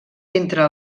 entre